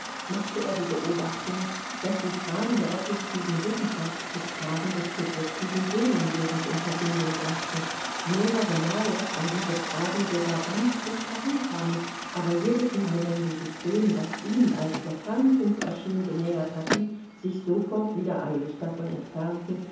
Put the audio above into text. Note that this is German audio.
machte er die beobachtung daß sie fragen der objektiven wissenschaft mit fragen des subjektiven seelenlebens in verbindung brachten mehrere male an diese fragen sogar ganz dicht herankamen aber jedesmal wenn sie sich dem was ihm als der kernpunkt erschien genähert hatten sich sofort wieder eilig davon entfernten